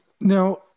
Now